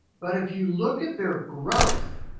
but if you look at their growth,